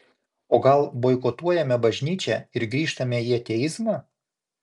o gal boikotuojame bažnyčią ir grįžtame į ateizmą